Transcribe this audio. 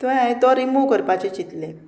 थंय हांवें तो रिमूव करपाचें चिंतलें